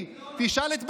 אתה בעד מדינת הלכה?